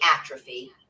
atrophy